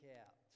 out